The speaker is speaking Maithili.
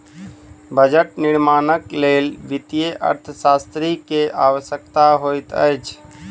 बजट निर्माणक लेल वित्तीय अर्थशास्त्री के आवश्यकता होइत अछि